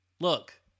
Look